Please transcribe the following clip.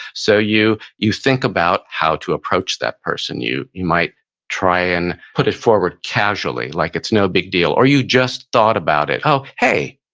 so you you think about how to approach that person. you you might try and put it forward casually like it's no big deal, or you just thought about it, hey,